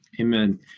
Amen